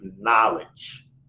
knowledge